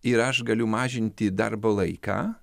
ir aš galiu mažinti darbo laiką